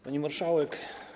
Pani Marszałek!